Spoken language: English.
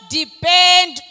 depend